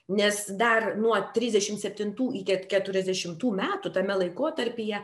nes dar nuo trisdešim septintų iki keturiasdešimtų metų tame laikotarpyje